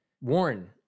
Warren